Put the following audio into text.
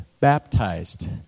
baptized